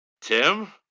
Tim